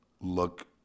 look